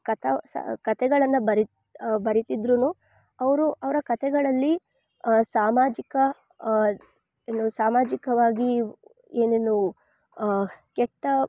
ಕಥಾ ಸಹ ಕತೆಗಳನ್ನು ಬರಿತ ಬರಿತಿದ್ರು ಅವರು ಅವರ ಕತೆಗಳಲ್ಲಿ ಸಾಮಾಜಿಕ ಏನು ಸಾಮಾಜಿಕವಾಗಿ ಏನೇನೋ ಕೆಟ್ಟ